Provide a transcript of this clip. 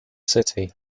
city